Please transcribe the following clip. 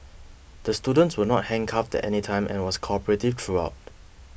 the student was not handcuffed at any time and was cooperative throughout